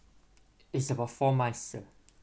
it's about four months sir